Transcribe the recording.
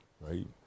Right